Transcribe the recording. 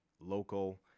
local